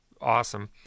awesome